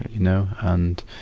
you know? and